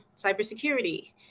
cybersecurity